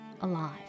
alive